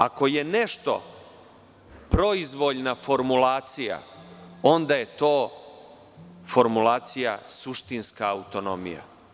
Ako je nešto proizvoljna formulacija, onda je to formulacija suštinska autonomija.